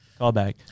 Callback